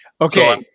Okay